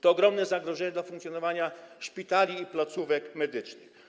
To ogromne zagrożenie dla funkcjonowania szpitali i placówek medycznych.